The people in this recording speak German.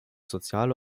soziale